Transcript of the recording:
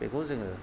बेखौ जोङो